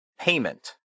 payment